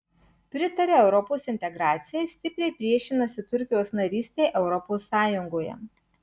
pritaria europos integracijai stipriai priešinasi turkijos narystei europos sąjungoje